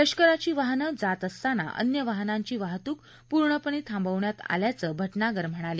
लष्कराची वाहनं जात असताना अन्य वाहनांची वाहतूक पूर्णपणे थांबवण्यात आल्याचं भाजागर म्हणाले